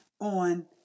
on